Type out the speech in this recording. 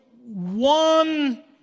one